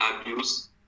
abuse